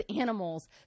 animals